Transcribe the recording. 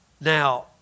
Now